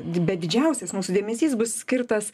bet didžiausias mūsų dėmesys bus skirtas